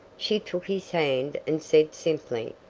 she took his hand and said simply,